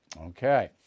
Okay